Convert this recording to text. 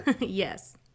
Yes